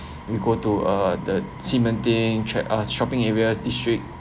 we go to uh the ximenting check uh shopping areas district